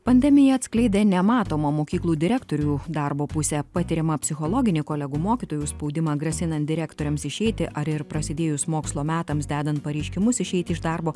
pandemija atskleidė nematomą mokyklų direktorių darbo pusę patiriamą psichologinį kolegų mokytojų spaudimą grasinant direktoriams išeiti ar ir prasidėjus mokslo metams dedant pareiškimus išeiti iš darbo